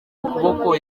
ukuboko